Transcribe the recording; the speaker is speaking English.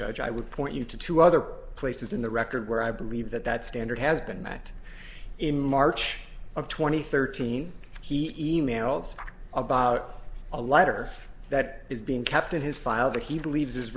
judge i would point you to two other places in the record where i believe that that standard has been met in march of twenty thirteen he e mails about a letter that is being kept in his file that he believes